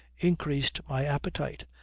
increased my appetite,